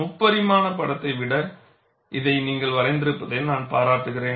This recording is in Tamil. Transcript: முப்பரிமாண படத்தை விட இதை நீங்கள் வரைந்திருப்பதை நான் பாராட்டுகிறேன்